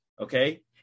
Okay